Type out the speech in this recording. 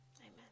amen